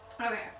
Okay